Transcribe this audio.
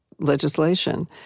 legislation